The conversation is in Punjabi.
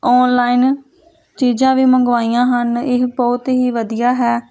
ਆਨਲਾਈਨ ਚੀਜ਼ਾਂ ਵੀ ਮੰਗਵਾਈਆਂ ਹਨ ਇਹ ਬਹੁਤ ਹੀ ਵਧੀਆ ਹੈ